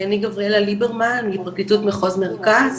אני גבריאלה ליברמן, מפרקליטות מחוז מרכז.